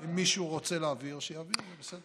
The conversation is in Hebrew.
אם מישהו רוצה להעביר, שיעביר, זה בסדר.